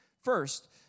First